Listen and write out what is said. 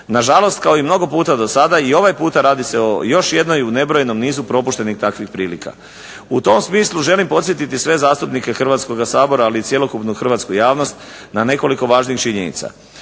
Nažalost, kao i mnogo puta do sada i ovaj puta radi se o još jednoj u nebrojenom nizu propuštenih takvih prilika. U tom smislu želim podsjetiti sve zastupnike Hrvatskoga sabora, ali i cjelokupnu hrvatsku javnost na nekoliko važnih činjenica.